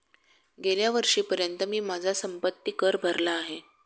गेल्या वर्षीपर्यंत मी माझा संपत्ति कर भरला आहे